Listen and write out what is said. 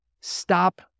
Stop